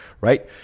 Right